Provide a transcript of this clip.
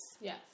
Yes